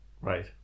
Right